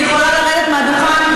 אני יכולה לרדת מהדוכן,